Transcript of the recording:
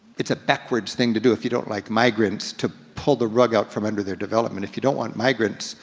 it's a backwards thing to do if you don't like migrants, to pull the rug out from under their development. if you don't want migrants,